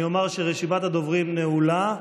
אני אומר שרשימת הדוברים נעולה,